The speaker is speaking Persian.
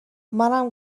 منم